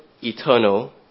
eternal